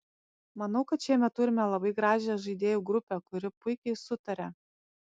manau kad šiemet turime labai gražią žaidėjų grupę kuri puikiai sutaria